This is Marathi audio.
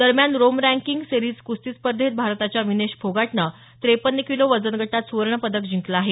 दरम्यान रोम रँकिंग सेरीज कुस्ती स्पर्धेत भारताच्या विनेश फोगाटनं त्रेपन्न किलो वजनगटात सुवर्ण पदक जिंकलं आहे